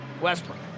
Westbrook